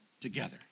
together